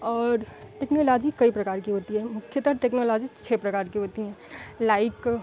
और टेक्नोलॉजी कई प्रकार की होती है मुख्यतः टेक्नोलॉजी छः प्रकार की होती हैं लाइक